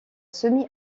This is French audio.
semi